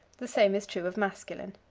the same is true of masculine.